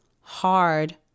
hard